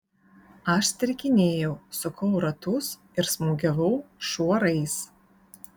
aš strikinėjau sukau ratus ir smūgiavau šuorais